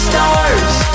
Stars